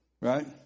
right